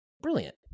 brilliant